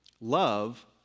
Love